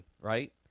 right